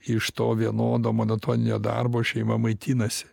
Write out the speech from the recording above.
iš to vienodo monotoninio darbo šeima maitinasi